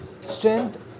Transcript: strength